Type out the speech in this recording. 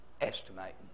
estimating